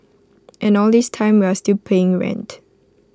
and all this time we are still paying rent